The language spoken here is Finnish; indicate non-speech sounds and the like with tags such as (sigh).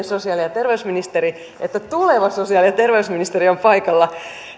(unintelligible) sosiaali ja terveysministeri että tuleva sosiaali ja terveysministeri ovat paikalla